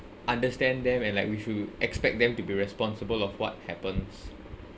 understand them and like we should expect them to be responsible of what happens